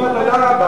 אומר: תודה רבה,